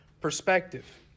perspective